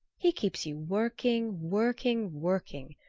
he keeps you working, working, working,